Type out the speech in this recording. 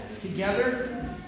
together